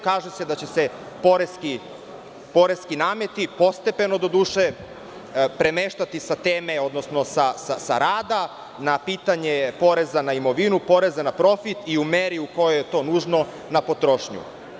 Kaže se da će se poreski nameti postepeno, doduše, premeštati sa teme, odnosno sa rada na pitanje poreza na imovinu, poreza na profit i u meri u kojoj je to nužno, na prošnju.